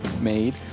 made